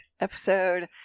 episode